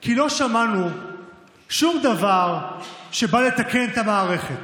כי לא שמענו שום דבר שבא לתקן את המערכת.